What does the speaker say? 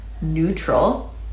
neutral